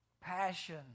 Passion